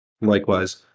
likewise